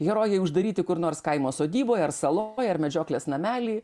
herojai uždaryti kur nors kaimo sodyboje ar saloj ar medžioklės namely